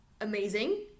amazing